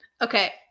Okay